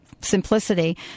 simplicity